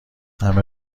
همه